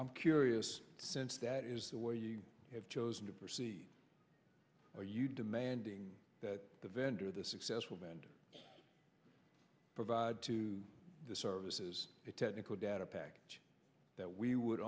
i'm curious since that is the way you have chosen to proceed are you demanding that vendor the successful band provide to the services a technical data package that we would